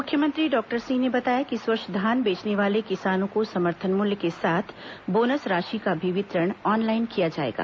मुख्यमंत्री डॉक्टर सिंह ने बताया कि इस वर्ष धान बेचने वाले किसानों को समर्थन मूल्य के साथ बोनस राशि का वितरण भी ऑनलाइन किया जाएगा